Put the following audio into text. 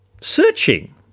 searching